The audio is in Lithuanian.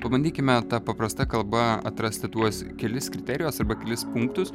pabandykime ta paprasta kalba atrasti tuos kelis kriterijus arba kelis punktus